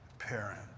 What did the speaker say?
parent